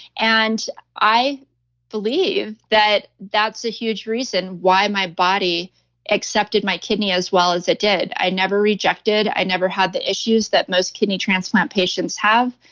and i believe that that's a huge reason why my body accepted my kidney as well as it did. i never rejected, i never had the issues that most kidney transplant patients have.